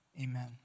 amen